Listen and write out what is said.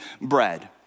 bread